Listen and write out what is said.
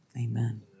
Amen